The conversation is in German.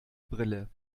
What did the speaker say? brille